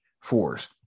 force